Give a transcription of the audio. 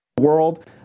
world